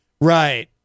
Right